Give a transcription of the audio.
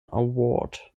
award